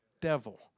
devil